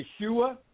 Yeshua